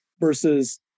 versus